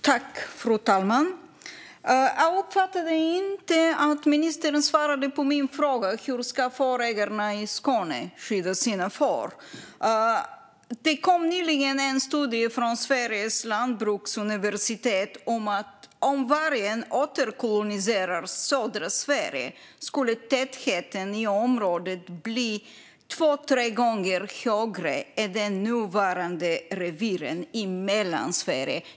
Fru talman! Jag uppfattade inte att ministern svarade på min fråga om hur fårägarna i Skåne ska skydda sina får. Det kom nyligen en studie från Sveriges lantbruksuniversitet där man konstaterade att om vargen återkoloniserar södra Sverige skulle tätheten i området bli två till tre gånger högre än de nuvarande reviren i Mellansverige.